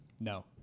No